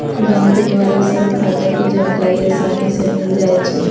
bank द्वारा सभ खता के जानकारी असानी से मिल जाइ छइ